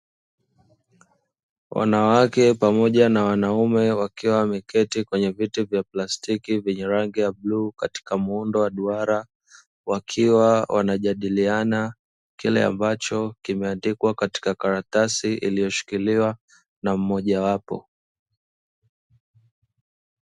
Wanawake pamoja na wanaume wakiwa wameketi kwenye viti vya plastiki, vyenye rangi ya bluu katika muundo wa duara, wakiwa wanajadiliana kile ambacho kimeandikwa katika karatasi iliyoshikiliwa na mmojawapo.